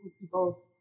people